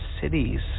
cities